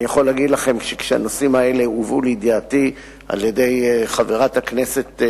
אני יכול להגיד לכם שכשהנושאים האלה הובאו לידיעתי על-ידי חברת הכנסת,